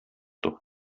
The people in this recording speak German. doch